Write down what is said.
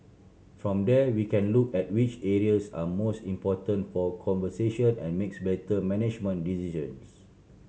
from there we can look at which areas are most important for conservation and makes better management decisions